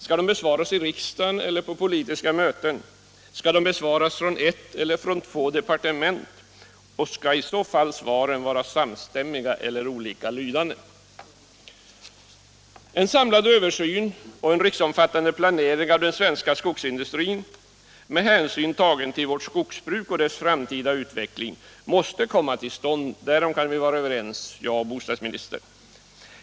Skall de besvaras i riksdagen eller på politiska möten? Skall de besvaras från ett eller två departement? Och skall i så fall svaren vara samstämmiga eller olika lydande? En samlad översyn och en riksomfattande planering av den svenska skogsindustrin, med hänsyn tagen till vårt skogsbruk och dess framtida utveckling, måste komma till stånd omgående; därom kan bostadsministern och jag vara överens.